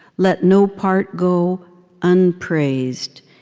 let no part go unpraised.